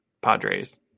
Padres